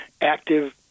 active